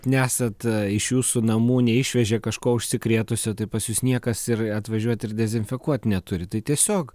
nesat iš jūsų namų neišvežė kažko užsikrėtusio tai pas jus niekas ir atvažiuot ir dezinfekuot neturi tai tiesiog